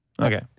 Okay